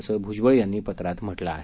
असं भ्जबळ यांनी पत्रात म्हटलं आहे